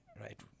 right